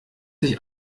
sich